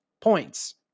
points